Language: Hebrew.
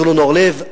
זבולון אורלב,